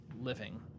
living